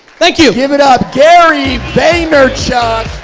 thank you. give it up, gary vaynerchuk,